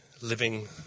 living